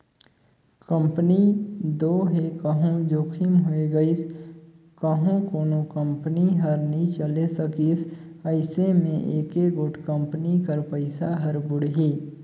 company दो हे कहों जोखिम होए गइस कहों कोनो कंपनी हर नी चले सकिस अइसे में एके गोट कंपनी कर पइसा हर बुड़ही